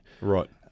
right